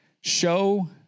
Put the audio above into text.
Show